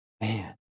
man